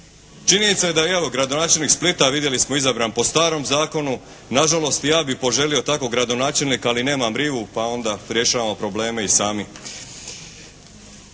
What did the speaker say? Činjenica je da evo gradonačelnik Splita vidjeli smo izabran po starom zakonu, nažalost i ja bih poželio takvog gradonačelnika ali nemam rivu pa onda rješavamo probleme i sami.